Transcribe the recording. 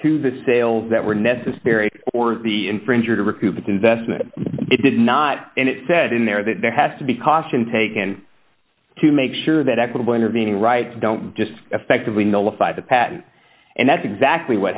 to the sales that were necessary or the infringer to recoup its investment it did not and it said in there that there has to be caution taken to make sure that equitable intervening rights don't just effectively notify the patent and that's exactly what